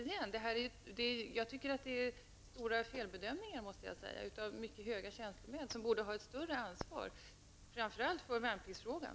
Jag måste säga att jag tycker att det rör sig om svåra felbedömningar av höga tjänstemän som borde ha ett större ansvar, framför allt för värnpliktsfrågan.